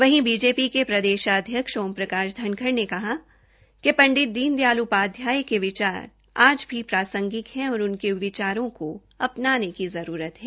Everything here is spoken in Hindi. वहीं बीजेपी के प्रदेशाध्यक्ष ओम प्रकाश धनखड़ ने कहा कि पंडित दीन दयाल उपाध्याय के विचार आज भी प्रांसगिक है और उनके विचारों को अपनाने की जरूरत है